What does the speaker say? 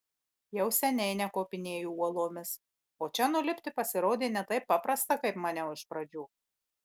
jau seniai nekopinėju uolomis o čia nulipti pasirodė ne taip paprasta kaip maniau iš pradžių